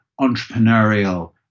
entrepreneurial